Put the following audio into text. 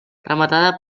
rematada